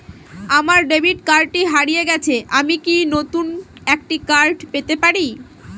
আমার ডেবিট কার্ডটি হারিয়ে গেছে আমি কি নতুন একটি কার্ড পেতে পারি?